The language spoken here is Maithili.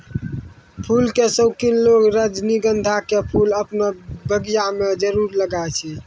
फूल के शौकिन लोगॅ रजनीगंधा के फूल आपनो बगिया मॅ जरूर लगाय छै